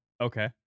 Okay